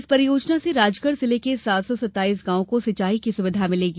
इस परियोजना से राजगढ़ जिले के सात सौ सत्ताइस गांवों को सिंचाई की सुविधा मिलेगी